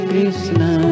Krishna